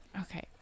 Okay